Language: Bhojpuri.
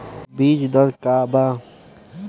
बीज दर का वा?